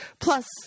Plus